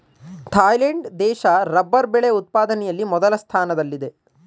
Thailand ದೇಶ rubber ಬೆಳೆ ಉತ್ಪಾದನೆಯಲ್ಲಿ ಮೊದಲ ಸ್ಥಾನದಲ್ಲಿದೆ